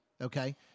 Okay